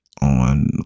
on